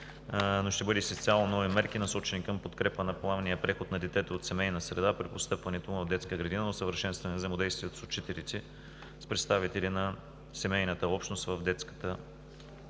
но ще бъде с изцяло нови мерки, насочени към подкрепа на плавния преход на детето от семейна среда при постъпването му в детска градина, усъвършенстване взаимодействието на учителите с представители на семейната общност в детската